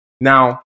Now